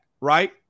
right